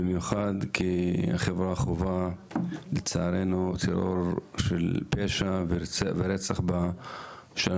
במיוחד כי החברה חווה לצערנו טרור של פשע ורצח בשנה